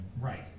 right